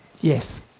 Yes